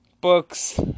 books